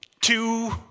two